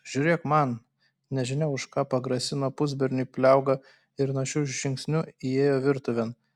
žiūrėk man nežinia už ką pagrasino pusberniui pliauga ir našiu žingsniu įėjo virtuvėn